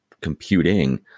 computing